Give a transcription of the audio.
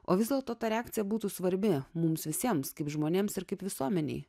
o vis dėlto ta reakcija būtų svarbi mums visiems kaip žmonėms ir kaip visuomenei